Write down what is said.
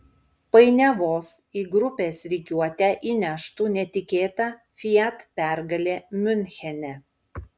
painiavos į grupės rikiuotę įneštų netikėta fiat pergalė miunchene